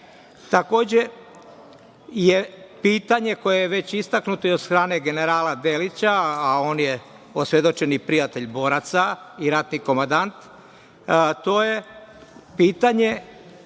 pitanje koje je već istaknuto i od strane generala Delića, a on je osvedočeni prijatelj boraca i ratni komandant, a to je pitanje